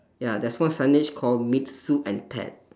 ya there's one signage called meet sue and ted